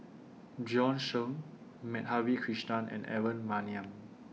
Bjorn Shen Madhavi Krishnan and Aaron Maniam